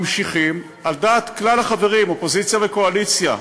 ממשיכים על דעת כלל החברים, אופוזיציה וקואליציה.